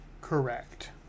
Correct